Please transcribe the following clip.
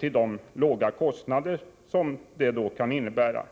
till de låga kostnader som det kan innebära.